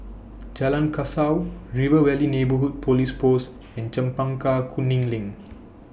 Jalan Kasau River Valley Neighbourhood Police Post and Chempaka Kuning LINK